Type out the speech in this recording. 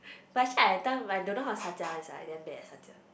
but actually at the time I don't know how to 调价 one sia I damn bad at 调价